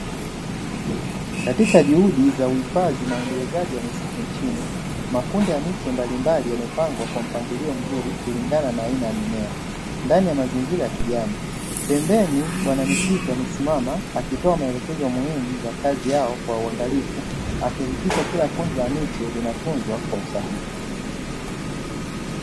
Katika juhudi za uhifadhi na uendelezaji wa misitu nchini, makundi ya miche mbalimbali yamepangwa kwa mpangilio mzuri kulingana na aina ya mimea ndani ya mazingira ya kijani. Pembeni bwana misitu amesimama akitoa maelekezo muhimu za kazi yao kwa uangalifu, akihakikisha kila kundi la miche linatunzwa kwa usahihi.